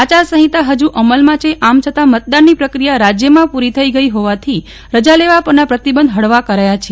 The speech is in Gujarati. આયાર સંહિતા ફજુ અમલમાં છે આમ છતાં મતદાનની પ્રક્રિયા રાજ્યમાં પ્રરી થઇ ગઈ હોવાથી રજા લેવા પરના પ્રતિબંધ હળવા કરાયા છે